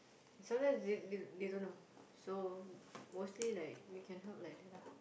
sometimes they they they don't know so mostly like we can help like that lah